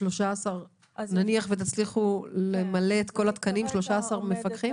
נניח ותצליחו למלא את כל התקנים, 13 מפקחים?